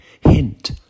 hint